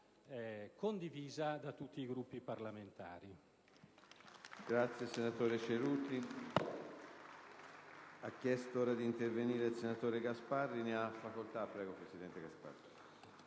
condiviso da tutti i Gruppi parlamentari.